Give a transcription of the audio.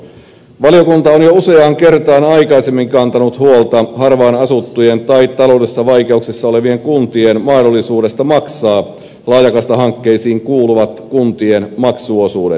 valiokunta on jo useaan kertaan aikaisemmin kantanut huolta harvaanasuttujen tai taloudellisissa vaikeuksissa olevien kuntien mahdollisuudesta maksaa laajakaistahankkeisiin kuuluvat kuntien maksuosuudet